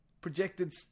projected